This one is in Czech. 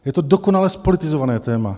Je to dokonale zpolitizované téma.